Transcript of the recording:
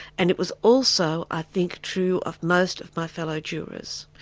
and it was also i think true of most of my fellow jurors.